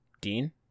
Dean